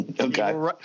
Okay